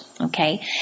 okay